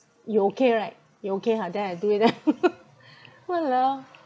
you okay right you okay ha then I do it ah !walao!